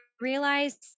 realize